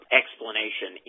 explanation